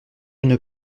une